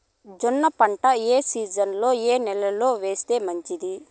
జొన్న పంట ఏ సీజన్లో, ఏ నెల లో వేస్తే మంచిది?